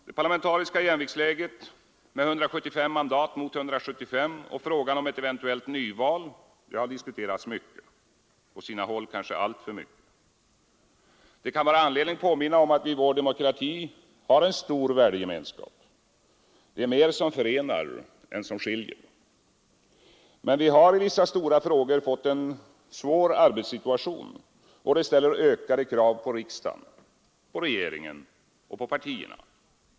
Det parlamentariska jämviktsläget med 175 mandat mot 175 och frågan om ett nyval har diskuterats mycket — på sina håll kanske alltför mycket. Det kan vara anledning påminna om att vi i vår demokrati har en stor värdegemenskap. Det är mer som förenar än som skiljer. Men vi har i vissa stora frågor fått en svår arbetssituation. Det ställer ökade krav på riksdagen, regeringen och partierna.